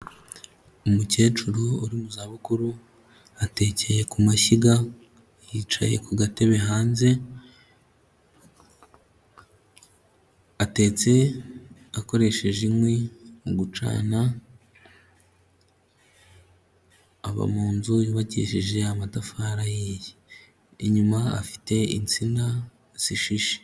Umukecuru uri mu zabukuru, atekeye ku mashyiga, yicaye ku gatebe hanze, atetse akoresheje inkwi mu gucana, aba mu nzu yubakishije amatafari ahiye, inyuma afite insina zishishe.